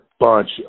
bunch